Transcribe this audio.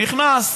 נכנס,